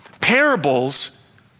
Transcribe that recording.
Parables